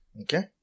Okay